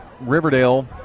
Riverdale